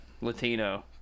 Latino